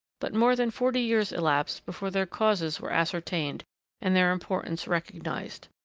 but more than forty years elapsed before their causes were ascertained and their importance recognised.